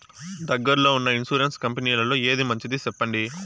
దగ్గర లో ఉన్న ఇన్సూరెన్సు కంపెనీలలో ఏది మంచిది? సెప్పండి?